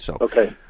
Okay